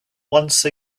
once